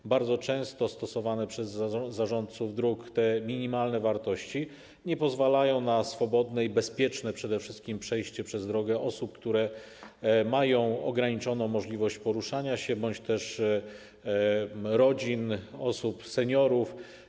Te bardzo często stosowane przez zarządców dróg minimalne wartości nie pozwalają na swobodne i przede wszystkim bezpieczne przejście przez drogę osób, które mają ograniczoną możliwość poruszania się, bądź też rodzin lub seniorów.